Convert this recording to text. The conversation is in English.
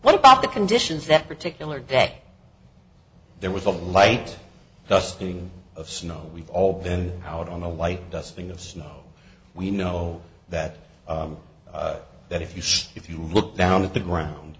what about the conditions that particular day there was a light dusting of snow we've all been out on a light dusting of snow we know that that if you if you look down at the ground